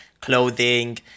clothing